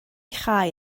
chau